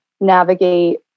navigate